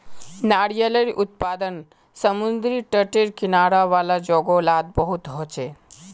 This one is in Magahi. नारियालेर उत्पादन समुद्री तटेर किनारा वाला जोगो लात बहुत होचे